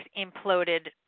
imploded